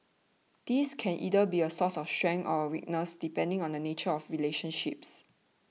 this can either be a source of strength or a weakness depending on the nature of the relationship